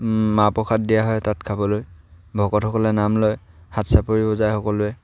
মাহ প্ৰসাদ দিয়া হয় তাত খাবলৈ ভকতসকলে নাম লয় হাত চাপৰি বজায় সকলোৱে